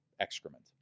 excrement